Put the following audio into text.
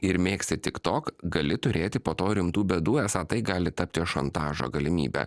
ir mėgsti tiktok gali turėti po to rimtų bėdų esą tai gali tapti šantažo galimybe